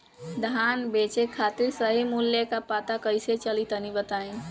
धान बेचे खातिर सही मूल्य का पता कैसे चली तनी बताई?